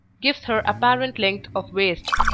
gives her apparent length of waist.